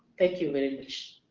thank you very much.